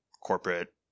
corporate